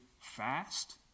fast